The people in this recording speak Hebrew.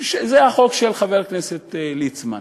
זה החוק של חבר הכנסת ליצמן.